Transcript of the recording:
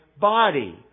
body